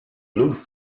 loose